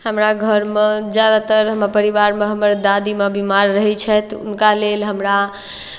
हमरा घरमे ज्यादातर हमर परिवारमे हमर दादीमाँ बीमार रहै छथि तऽ हुनका लेल हमरा